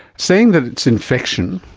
saying that it's infection,